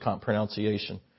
pronunciation